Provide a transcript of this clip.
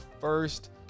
first